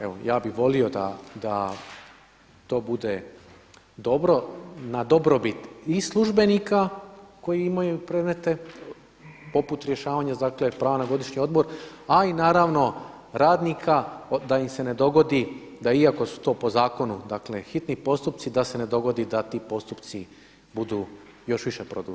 Evo, ja bih volio da to bude dobro, na dobrobit i službenika koji imaju predmete poput rješavanja dakle prava na godišnji odmor a i naravno radnika da im se ne dogodi da iako su to po zakonu dakle hitni postupci da se ne dogodi da ti postupci budu još više produženi.